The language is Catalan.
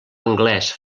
anglès